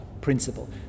principle